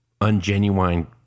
ungenuine